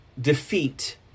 defeat